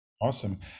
Awesome